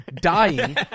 dying